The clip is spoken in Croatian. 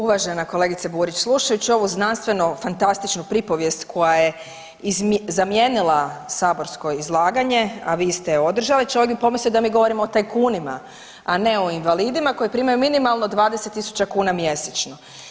Uvažena kolegica Burić, slušajući ovu znanstveno-fantastičnu pripovijest koja je zamijenila saborsko izlaganje, a vi ste je održali čovjek bi pomislio da mi govorimo o tajkunima, a ne o invalidima koji primanju minimalno 20.000 kuna mjesečno.